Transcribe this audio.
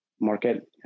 Market